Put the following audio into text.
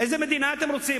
איזו מדינה אתם רוצים?